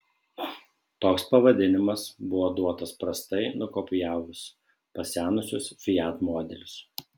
toks pavadinimas buvo duotas prastai nukopijavus pasenusius fiat modelius